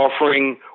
offering